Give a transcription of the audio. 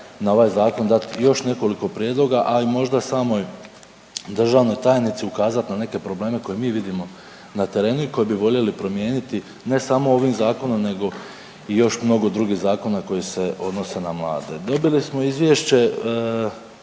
na ovaj zakon dati još nekoliko prijedloga, a i samoj državnoj tajnici ukazati na neke probleme koje mi vidimo na terenu i koje bi voljeli promijeniti ne samo ovim zakonom, nego i još mnogo drugih zakona koji se odnose na mlade. Dobili smo izvješće